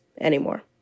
anymore